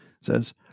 says